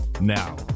Now